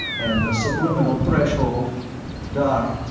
and the subliminal threshold doc,